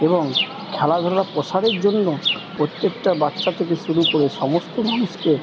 এবং খেলাধুলা প্রসারের জন্য প্রত্যেকটা বাচ্চা থেকে শুরু করে সমস্ত মানুষকে